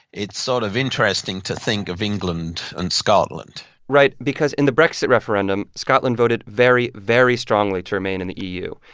it's sort of interesting to think of england and scotland right because in the brexit referendum, scotland voted very, very strongly to remain in the eu.